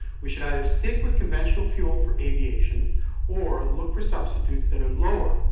we should either stick with conventional fuel for aviation or look for substitutes that are lower,